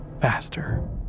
faster